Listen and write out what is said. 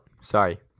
Sorry